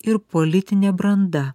ir politinė branda